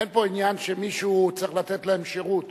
אין פה עניין שמישהו צריך לתת להם שירות.